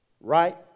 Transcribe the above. Right